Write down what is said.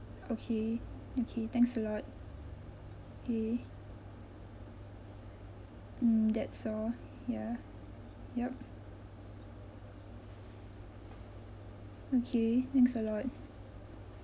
okay okay thanks a lot okay mm that's all ya yup okay thanks a lot